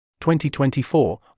2024